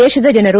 ದೇಶದ ಜನರು